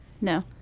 no